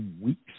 weeks